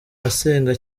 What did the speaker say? asenga